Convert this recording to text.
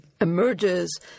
emerges